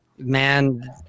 Man